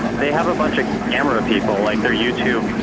they have a bunch of camera people, like they're youtube,